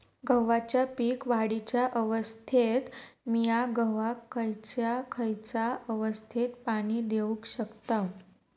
गव्हाच्या पीक वाढीच्या अवस्थेत मिया गव्हाक खैयचा खैयचा अवस्थेत पाणी देउक शकताव?